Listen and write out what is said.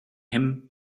him